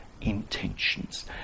intentions